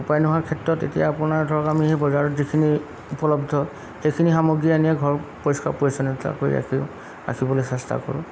উপায় নোহোৱাৰ ক্ষেত্ৰত এতিয়া আপোনাৰ ধৰক আমি সেই বজাৰত যিখিনি উপলব্ধ সেইখিনি সামগ্ৰী আনিয়ে ঘৰ পৰিষ্কাৰ পৰিচ্ছন্নতা কৰি ৰাখি ৰাখিবলৈ চেষ্টা কৰোঁ